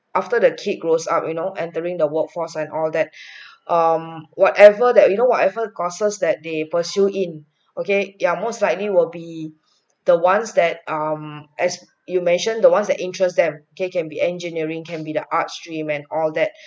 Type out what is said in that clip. after the kid grows up you know entering the workforce and all that um whatever that you know whatever courses that they pursue in okay yeah most likely will be the ones that um as you mentioned the ones that interest them okay can be engineering can be the art stream and all that